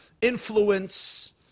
Influence